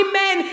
men